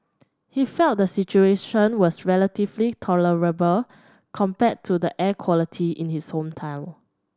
he felt the situation was relatively tolerable compared to the air quality in his hometown